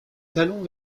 talons